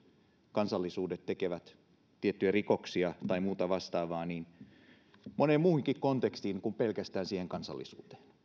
kansallisuudet tekevät tiettyjä rikoksia tai muuta vastaavaa moneen muuhunkin kontekstiin kuin pelkästään liittyen siihen kansallisuuteen